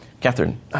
Catherine